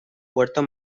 puerto